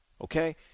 okay